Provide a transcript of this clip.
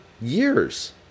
years